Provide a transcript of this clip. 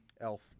Elf